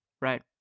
right